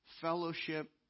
fellowship